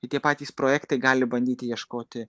tai tie patys projektai gali bandyti ieškoti